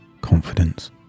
confidence